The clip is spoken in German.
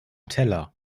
teller